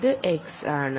ഇത് X ആണ്